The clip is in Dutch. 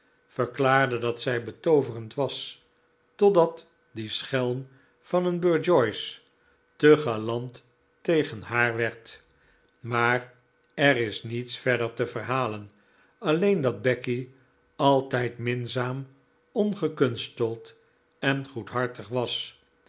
verklaarde dat zij betooverend was totdat die schelm van een burjoice te galant tegen haar werd maar er is niets verder te verhalen alleen dat becky altijd minzaam ongekunsteld en goedhartig was